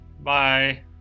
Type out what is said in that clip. Bye